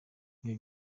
ibyo